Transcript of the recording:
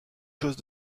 chose